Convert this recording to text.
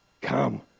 come